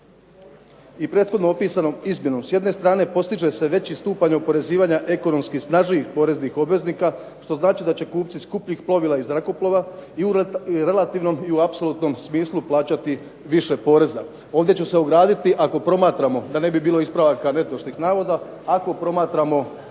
i prethodno opisanom izmjenom s jedne strane postiže se veći stupanj oporezivanja ekonomski snažnijih poreznih obveznika što znači da će kupci skupljih plovila i zrakoplova i u relativnom i u apsolutnom smislu plaćati više poreza. Ovdje ću se ograditi ako promatramo, da ne bi bilo ispravaka netočnih navoda, ako promatramo